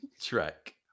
track